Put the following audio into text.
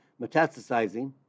metastasizing